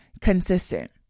consistent